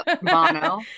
Mono